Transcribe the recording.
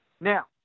now